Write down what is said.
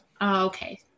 Okay